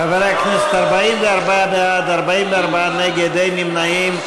חברי הכנסת, 44 בעד, 44 נגד, אין נמנעים.